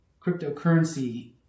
cryptocurrency